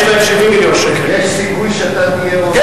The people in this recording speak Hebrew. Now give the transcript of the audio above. יש סיכוי שאתה תהיה, ?